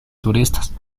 turistas